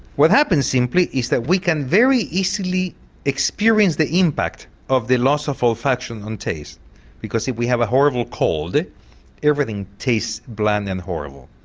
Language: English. what happens is that we can very easily experience the impact of the loss of olfaction on taste because if we have a horrible cold everything tastes bland and horrible.